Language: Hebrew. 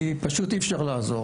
כי פשוט אי אפשר לעזור.